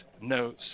no